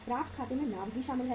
प्राप्त खाते में लाभ भी शामिल है